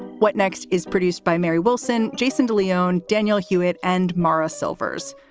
what next is produced by mary wilson. jason de leon, daniel hewitt and mara silvers.